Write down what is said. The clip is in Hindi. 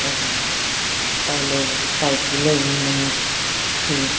सब हो पहले भी साइकिले भी नहीं थी